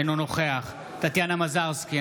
אינו נוכח טטיאנה מזרסקי,